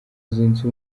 zunze